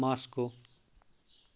Moscow